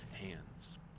hands